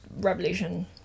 revolution